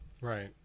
Right